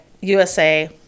USA